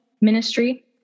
ministry